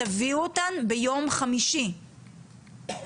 תביאו את התקנות כבר ביום חמישי לשולחן הוועדה.